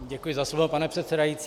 Děkuji za slovo, pane předsedající.